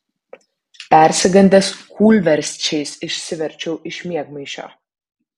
persigandęs kūlversčiais išsiverčiau iš miegmaišio